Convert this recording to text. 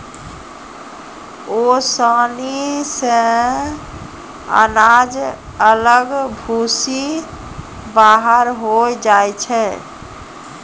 ओसानी से अनाज अलग भूसी बाहर होय जाय छै